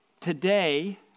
Today